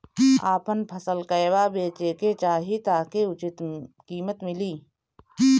आपन फसल कहवा बेंचे के चाहीं ताकि उचित कीमत मिली?